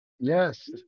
Yes